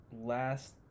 last